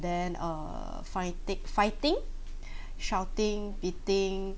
then err fight take fighting shouting beating